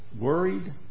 worried